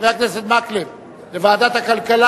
הכלכלה